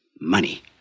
Money